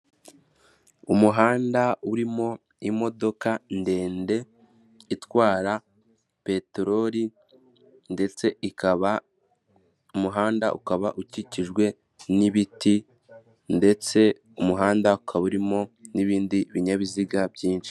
Umuhanda urimo imodoka ndende itwara peteroli ndetse ikaba umuhanda ukaba ukikijwe n'ibiti ndetse umuhanda ukaba urimo n'ibindi binyabiziga byinshi.